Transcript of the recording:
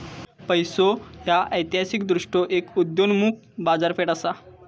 पैसो ह्या ऐतिहासिकदृष्ट्यो एक उदयोन्मुख बाजारपेठ असा